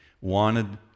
wanted